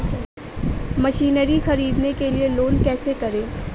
Machinery ख़रीदने के लिए लोन कैसे करें?